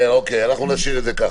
אוקיי, נשאיר את כך.